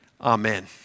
Amen